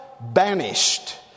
banished